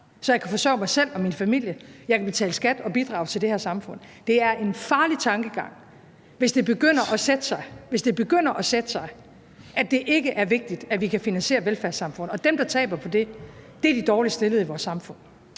så jeg kan forsørge mig selv og min familie, og så jeg kan betale skat og bidrage til det her samfund. Det er en farlig tankegang, hvis det begynder at sætte sig, at det ikke er vigtigt, at vi kan finansiere velfærdssamfundet. Og dem, der taber på det, er de dårligst stillede i vores samfund.